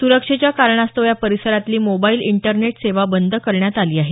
सुरक्षेच्या कारणास्तव या परिसरातली मोबाईल इंटरनेट सेवा बंद करण्यात आली आहे